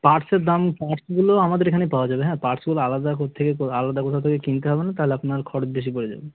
পার্টসের দাম পার্টসগুলো আমাদের এখানেই পাওয়া যাবে হ্যাঁ পার্টসগুলো আলাদা কোত্থেকে আলাদা কোথাও থেকে কিনতে হবে না তাহলে আপনার খরচ বেশি পড়ে যাবে